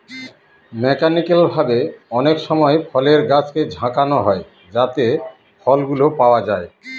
mechanical ভাবে অনেকসময় ফলের গাছকে ঝাঁকানো হয় যাতে ফলগুলো পাওয়া যায়